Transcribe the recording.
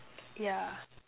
yeah